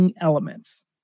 elements